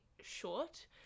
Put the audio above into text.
short